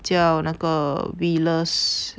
叫那个 Wheelers